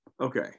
Okay